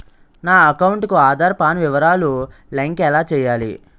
నా అకౌంట్ కు ఆధార్, పాన్ వివరాలు లంకె ఎలా చేయాలి?